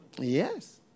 Yes